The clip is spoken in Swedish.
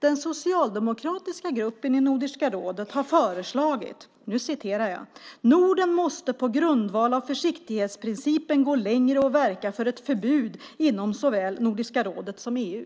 Den socialdemokratiska gruppen i Nordiska rådet har föreslagit: Norden måste på grundval av försiktighetsprincipen gå längre och verka för ett förbud inom såväl Nordiska rådet som EU.